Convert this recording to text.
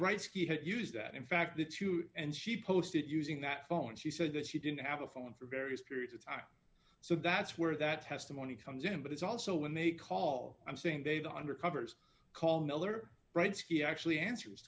he had used that in fact that you and she posted using that phone she said that she didn't have a phone for various periods of time so that's where that testimony comes in but it's also when they call i'm saying they've undercovers call miller writes he actually answers